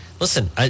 Listen